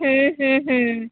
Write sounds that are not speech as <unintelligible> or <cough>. <unintelligible>